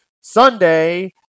Sunday